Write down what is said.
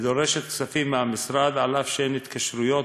ודורשת כספים מהמשרד אף שאין התקשרויות